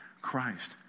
Christ